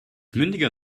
mündiger